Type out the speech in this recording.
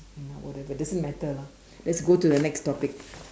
you know whatever it doesn't matter lah let's go to the next topic